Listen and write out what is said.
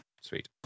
Sweet